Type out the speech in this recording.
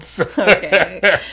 okay